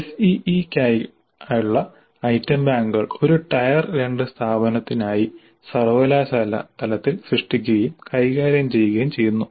SEE ക്കായുള്ള item ബാങ്കുകൾ ഒരു ടയർ 2 സ്ഥാപനത്തിനായി സർവ്വകലാശാലാ തലത്തിൽ സൃഷ്ടിക്കുകയും കൈകാര്യം ചെയ്യുകയും ചെയ്യുന്നു